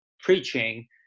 preaching